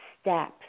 steps